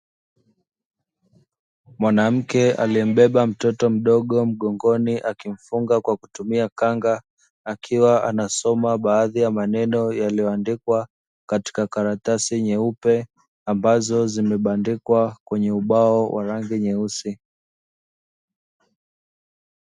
Mwanamke aliyebeba mtoto mdogo mgongoni, akimfunga kwa kutumia kanga. Akiwa anasoma baadhi ya maneno yaliyoandikwa katika karatasi nyeupe, ambazo zimebandikwa kwenye ubao wa rangi nyeusi.